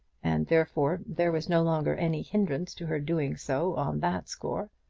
and therefore there was no longer any hindrance to her doing so on that score.